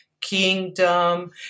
kingdom